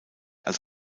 als